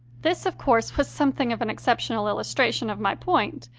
this, of course, was something of an exceptional illustration of my point.